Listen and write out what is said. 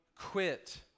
quit